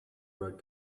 road